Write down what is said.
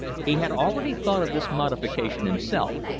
he had already thought of this modification himself,